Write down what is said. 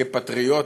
כפטריוט,